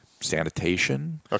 Sanitation